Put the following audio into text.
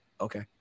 okay